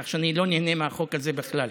כך שאני לא נהנה מהחוק הזה בכלל.